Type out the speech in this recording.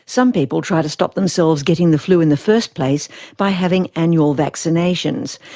some people try to stop themselves getting the flu in the first place by having annual vaccinations,